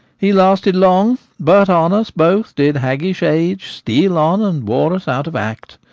he lasted long but on us both did haggish age steal on, and wore us out of act.